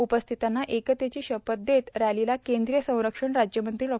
उपस्थितांना एकतेची शपथ देत रॅलोला कद्रीय संरक्षण राज्यमंत्री डॉ